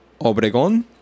Obregón